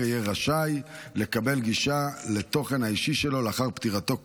יהיה רשאי לקבל גישה לתוכן האישי שלו לאחר פטירתו,